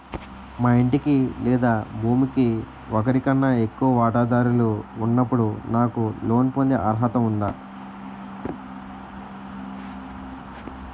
మా ఇంటికి లేదా భూమికి ఒకరికన్నా ఎక్కువ వాటాదారులు ఉన్నప్పుడు నాకు లోన్ పొందే అర్హత ఉందా?